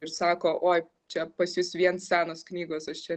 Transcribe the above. ir sako oi čia pas jus vien senos knygos aš čia